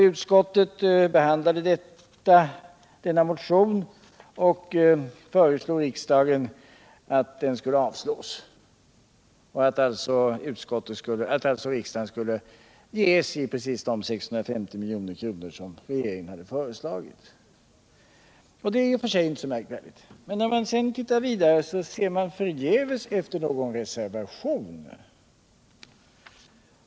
Utskottet behandlade denna motion och föreslog riksdagen att den skulle avslås, alltså att riksdagen skulle ge SJ precis de 650 milj.kr. som regeringen hade föreslagit. Det är i och för sig inte så märkvärdigt. Men när man läser vidare letar man förgäves efter någon reservation.